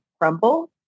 crumble